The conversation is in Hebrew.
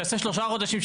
תעשה שלושה חודשים,